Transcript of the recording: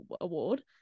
Award